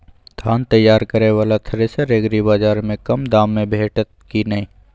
धान तैयार करय वाला थ्रेसर एग्रीबाजार में कम दाम में भेटत की नय?